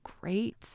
great